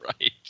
Right